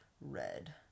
red